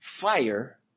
fire